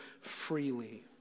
freely